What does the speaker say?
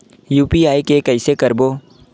UPI के कइसे करबो?